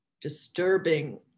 disturbing